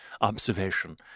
observation